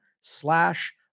slash